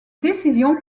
décisions